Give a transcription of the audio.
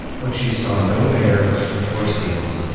but she saw no bears or seals.